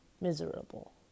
miserable